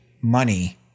money